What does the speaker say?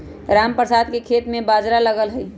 रामप्रसाद के खेत में बाजरा लगल हई